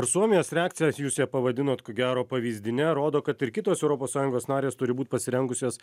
visuomenės reakcijas jūs ją pavadinot ko gero pavyzdine rodo kad ir kitos europos sąjungos narės turi būt pasirengusios